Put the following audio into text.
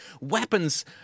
Weapons